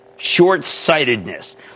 short-sightedness